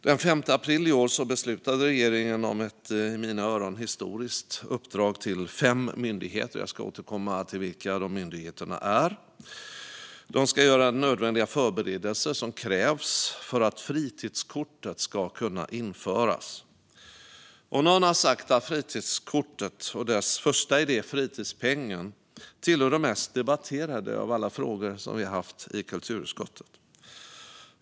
Den 5 april i år beslutade regeringen om ett i mina öron historiskt uppdrag till fem myndigheter - jag ska återkomma till vilka de är. De ska göra de förberedelser som är nödvändiga för att fritidskortet ska kunna införas. Någon har sagt att fritidskortet och dess första idé fritidspengen tillhör de mest debatterade av alla frågor vi haft i kulturutskottet.